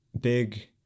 big